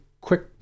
quick